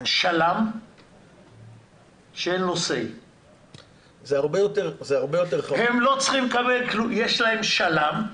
שלם שאין לו Say. יש להם שלם.